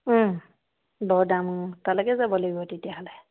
বৰ দামো তালৈকে যাব লাগিব তেতিয়াহ'লে